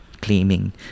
claiming